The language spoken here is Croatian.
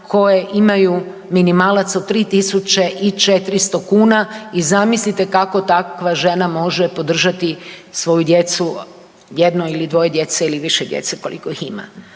koje imaju minimalac od 3 tisuće i 400 kuna. I zamislite kako takva žena može podržati svoju djecu, jedno ili dvoje djece ili više djece koliko ih ima.